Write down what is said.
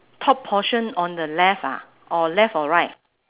top portion on the left ah or left or right